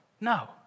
No